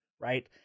right